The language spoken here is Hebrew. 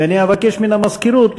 ואני אבקש מהמזכירות,